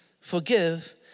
forgive